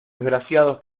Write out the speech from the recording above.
desgraciados